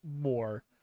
more